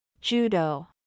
Judo